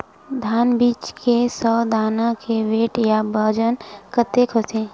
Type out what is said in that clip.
धान बीज के सौ दाना के वेट या बजन कतके होथे?